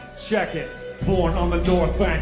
check it porn on the door.